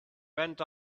went